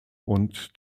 und